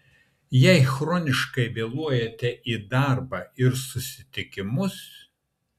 jei chroniškai vėluojate į darbą ir susitikimus